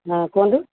ହଁ କୁହନ୍ତୁ